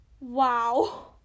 Wow